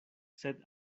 sed